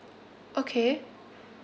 okay